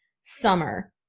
Summer